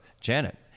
Janet